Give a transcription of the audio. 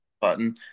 button